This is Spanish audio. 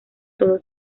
todo